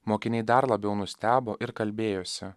mokiniai dar labiau nustebo ir kalbėjosi